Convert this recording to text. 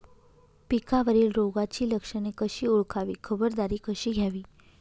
पिकावरील रोगाची लक्षणे कशी ओळखावी, खबरदारी कशी घ्यावी?